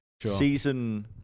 season